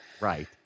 Right